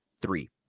three